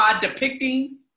depicting